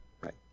Right